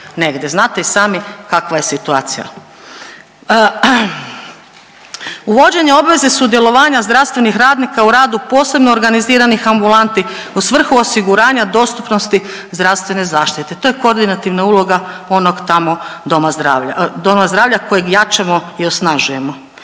znate i sami kakva je situacija. Uvođenje obveze sudjelovanja zdravstvenih radnika u radu posebno organiziranih ambulanti u svrhu osiguranja dostupnosti zdravstvene zaštite. To je koordinativna uloga onog tamo doma zdravlja, doma zdravlja kojeg jačamo i osnažujemo.